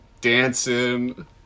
dancing